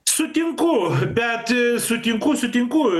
sutinku bet sutinku sutinku